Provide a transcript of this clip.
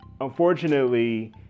unfortunately